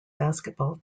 basketball